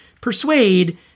persuade